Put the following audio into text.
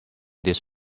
this